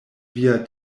via